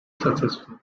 successful